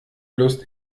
lust